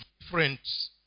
different